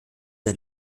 der